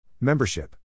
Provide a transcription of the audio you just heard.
Membership